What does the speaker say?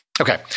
Okay